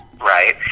right